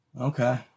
Okay